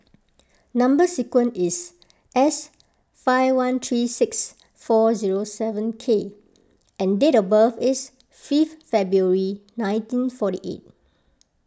Number Sequence is S five one three six four zero seven K and date of birth is fifth February nineteen forty eight